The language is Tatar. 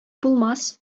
булмас